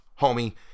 homie